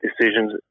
decisions